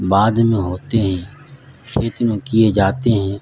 بعد میں ہوتے ہیں کھیت میں کیے جاتے ہیں